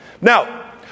Now